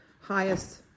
highest